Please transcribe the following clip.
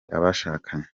abashakanye